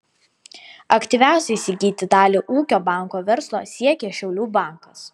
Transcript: aktyviausiai įsigyti dalį ūkio banko verslo siekia šiaulių bankas